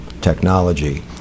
technology